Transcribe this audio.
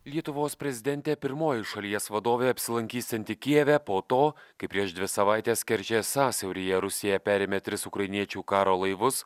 lietuvos prezidentė pirmoji šalies vadovė apsilankysianti kijeve po to kai prieš dvi savaites kerčės sąsiauryje rusija perėmė tris ukrainiečių karo laivus